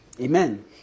Amen